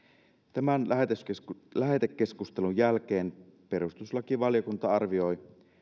tämän lähetekeskustelun lähetekeskustelun jälkeen perustuslakivaliokunta arvioi